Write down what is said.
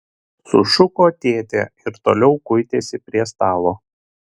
sušuko tėtė ir toliau kuitėsi prie stalo